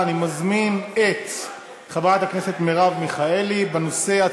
אני הצבעתי בטעות, מה אתה?